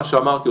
מה שאמרתי,